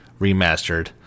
Remastered